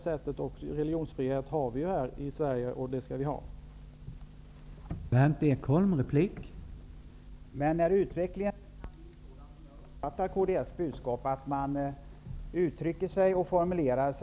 Vi har ju religionsfrihet i Sverige, och det skall vi också ha.